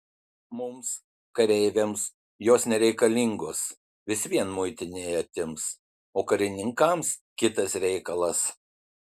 mums kareiviams jos nereikalingos vis vien muitinėje atims o karininkams kitas reikalas